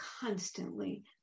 constantly